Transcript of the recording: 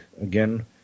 again